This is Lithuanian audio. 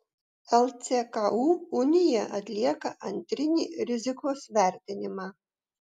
lcku unija atlieka antrinį rizikos vertinimą